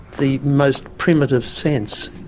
the most primitive sense.